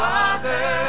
Father